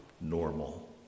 normal